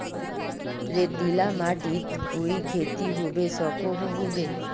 रेतीला माटित कोई खेती होबे सकोहो होबे?